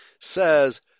says